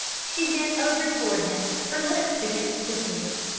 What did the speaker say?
she bent over toward him, her lips against his ear.